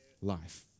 life